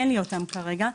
אין לי אותם כרגע.